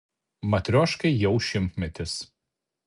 matrioškai jau šimtmetis